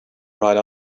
right